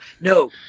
No